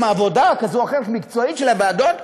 עבודה מקצועית כזאת או אחרת של הוועדות,